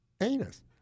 anus